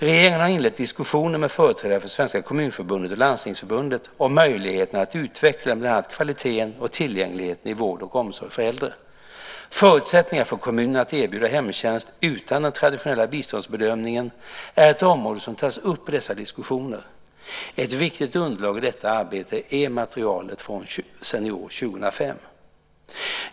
Regeringen har inlett diskussioner med företrädare för Svenska Kommunförbundet och Landstingsförbundet om möjligheterna att utveckla bland annat kvaliteten och tillgängligheten i vård och omsorg för äldre. Förutsättningarna för kommunerna att erbjuda hemtjänst utan den traditionella biståndsbedömningen är ett område som tas upp i dessa diskussioner. Ett viktigt underlag i detta arbete är materialet från Senior 2005.